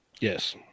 Yes